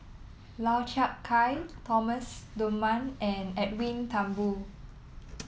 Lau Chiap Khai Thomas Dunman and Edwin Thumboo